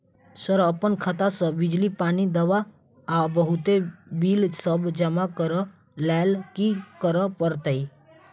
Sir अप्पन खाता सऽ बिजली, पानि, दवा आ बहुते बिल सब जमा करऽ लैल की करऽ परतै?